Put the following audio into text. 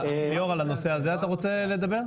ליאור, על הנושא הזה אתה רוצה לדבר?